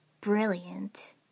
brilliant